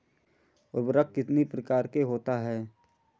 उर्वरक कितनी प्रकार के होता हैं?